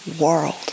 world